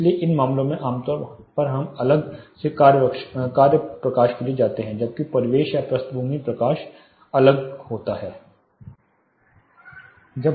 इसलिए इन मामलों में आमतौर पर हम अलग से कार्य प्रकाश के लिए जाते हैं जबकि परिवेश या पृष्ठभूमि प्रकाश अलग से होता है